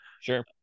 Sure